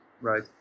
Right